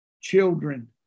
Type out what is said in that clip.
children